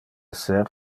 ser